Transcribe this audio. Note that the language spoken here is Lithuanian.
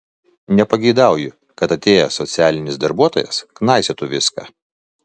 nepageidauju kad atėjęs socialinis darbuotojas knaisiotų viską